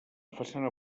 façana